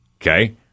Okay